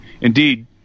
Indeed